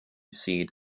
seat